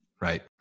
Right